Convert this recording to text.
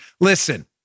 listen